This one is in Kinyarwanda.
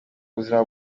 buzima